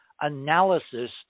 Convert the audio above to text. analysis